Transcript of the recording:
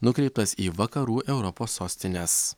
nukreiptas į vakarų europos sostines